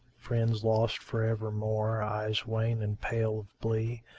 friends lost for evermore, eyes wan and pale of blee?